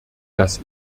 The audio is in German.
das